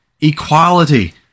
equality